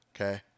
okay